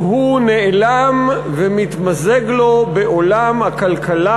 והוא נעלם ומתמזג לו בעולם הכלכלה,